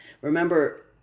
Remember